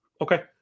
okay